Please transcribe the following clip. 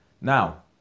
now